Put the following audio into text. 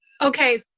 Okay